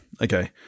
Okay